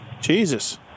Jesus